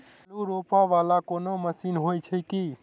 आलु रोपा वला कोनो मशीन हो छैय की?